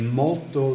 molto